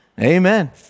Amen